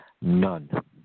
None